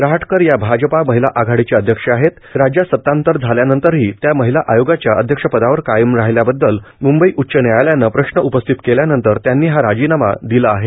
रहाटकर या भाजपा महिला आघाडीच्या अध्यक्ष आहेत राज्यात सतांतर झाल्यानंतरही त्या महिला आयोगाच्या अध्यक्ष पदावर कायम राहिल्याबद्दल मुंबई उच्च न्यायालयानं प्रश्न उपस्थित केल्यानंतर त्यांनी हा राजीनामा दिला आहे